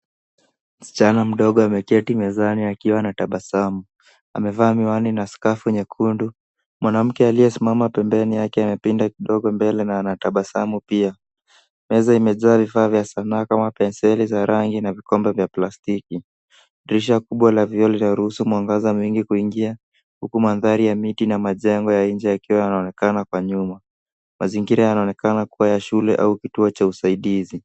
Msichana mdogo ameketi mezani akiwa anatabasamu. Amevaa miwani na skafu nyekundu, mwanamke aliyesimama pembeni yake, amepinda kidogo mbele na anatabasamu pia. Meza imejaa vifaa vya sanaa kama penseli za rangi na vikombe vya palstiki. Dirisha kubwa la vioo linaruhusu mwangaza mwingi kuingia huku mandhari ya miti na majengo ya nje yakionekana kwa nyuma. Mazingira yanaonekana kuwa ya shule au kituo cha usaidizi